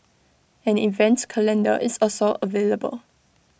an event calendar is also available